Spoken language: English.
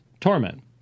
torment